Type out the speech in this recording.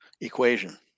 equation